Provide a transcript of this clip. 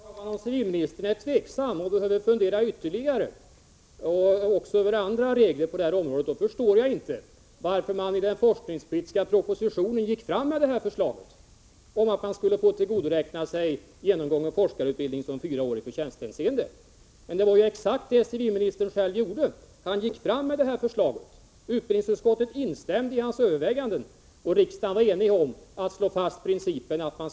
Herr talman! Om civilministern är tveksam och behöver fundera ytterligare över andra regler på det här området, då förstår jag inte varför civilministern i den forskningspolitiska propositionen lade fram förslaget om att man efter genomgången forskarutbildning skulle få tillgodoräkna sig fyra år i förtjänsthänseende. Det var ju precis vad civilministern gjorde. Utbildningsutskottet instämde i civilministerns överväganden, och riksdagen var enig om att slå fast denna princip.